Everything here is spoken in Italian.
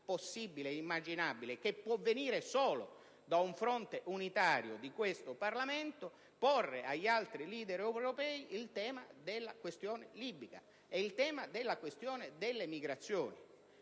possibile e immaginabile, che può venire solo da un fronte unitario di questo Parlamento, porre agli altri leader europei il tema della questione libica e dell'immigrazione.